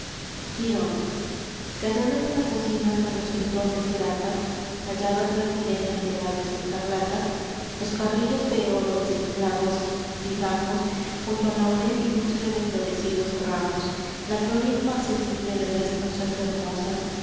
quirón calladas las bocinas a los tritones gratas calladas las sirenas de labios escarlatas los carrillos de eolo desinflados digamos junto al laurel ilustre de florecidos ramos la gloria inmarcesible de las musas hermosas